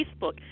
Facebook